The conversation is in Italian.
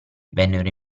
vennero